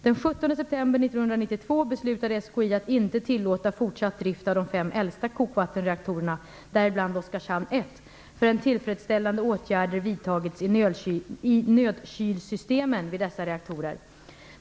Den 17 september 1992 beslutade SKI att inte tilllåta fortsatt drift av de fem äldsta kokvattenreaktorerna, däribland Oskarshamn 1, förrän tillfredsställande åtgärder vidtagits i nödkylsystemen vid dessa reaktorer.